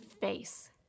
face